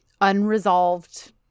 unresolved